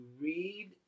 read